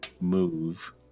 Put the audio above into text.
move